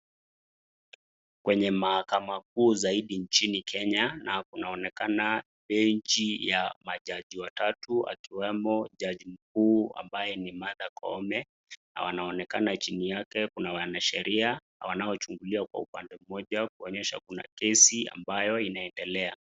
Kwenye Mahakama kuu zaidi nchini Kenya na kunaonekana benchi ya majaji watatu akiwemo jaji mkuu ambaye ni Martha Koome na wanaonekana chini yake kuna wanasheria wanaochungulia kwa upande moja kuonyesha kuna kesi ambayo inaendelea.